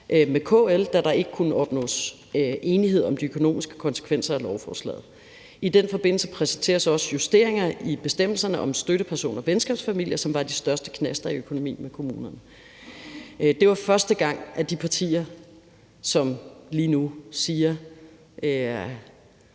med KL, da der ikke kunne opnås enighed om de økonomiske konsekvenser af lovforslaget. I den forbindelse præsenteres også justeringer i bestemmelserne om støttepersoner og venskabsfamilier, som var de største knaster i økonomien med kommunerne. Det var første gang, at de partier, som lige nu siger